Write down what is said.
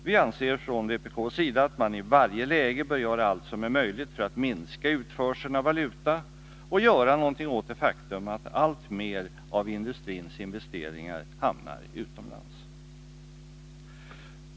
Vi anser från vpk att man i varje läge bör göra allt som är möjligt för att minska utförseln av kapital och göra någonting åt det faktum att alltmer av industrins investeringar hamnar utomlands.